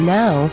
now